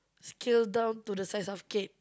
scale down to the size of cat